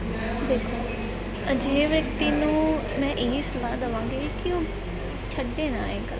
ਦੇਖੋ ਅਜਿਹੇ ਵਿਅਕਤੀ ਨੂੰ ਮੈਂ ਇਹੀ ਸਲਾਹ ਦੇਵਾਂਗੀ ਕਿ ਉਹ ਛੱਡੇ ਨਾ ਇਹ ਕਲਾ